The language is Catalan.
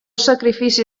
sacrifici